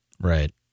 Right